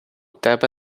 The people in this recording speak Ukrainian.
тебе